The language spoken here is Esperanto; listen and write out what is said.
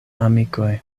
amikoj